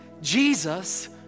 Jesus